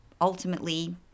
ultimately